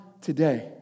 today